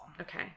Okay